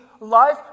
life